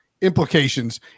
implications